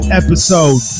episode